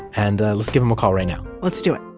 and let's give him a call right now let's do it.